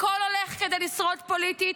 הכול הולך כדי לשרוד פוליטית?